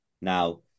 Now